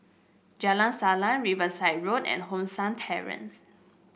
Jalan Salang Riverside Road and Hong San Terrace